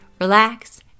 relax